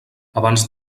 abans